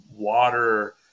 water